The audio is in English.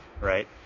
right